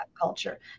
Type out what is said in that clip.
culture